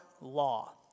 law